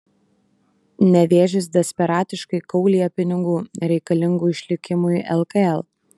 nevėžis desperatiškai kaulija pinigų reikalingų išlikimui lkl